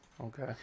Okay